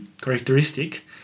characteristic